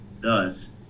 Thus